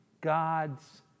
God's